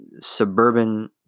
suburban